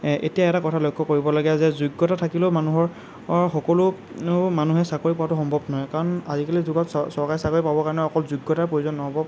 এতিয়া এটা কথা লক্ষ্য কৰিবলগীয়া যে যোগ্যতা থাকিলেও মানুহৰ সকলো মানুহে চাকৰি পোৱাটো সম্ভৱ নহয় কাৰণ আজিকালিৰ যুগত চ চৰকাৰী চাকৰি পাবৰ কাৰণে অকল যোগ্যতাৰ প্ৰয়োজন নহ'ব